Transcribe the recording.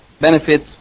benefits